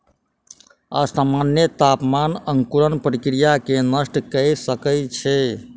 असामन्य तापमान अंकुरण प्रक्रिया के नष्ट कय सकै छै